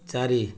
ଚାରି